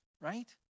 right